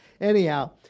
Anyhow